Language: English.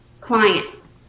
clients